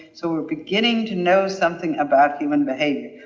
so we're beginning to know something about human behavior.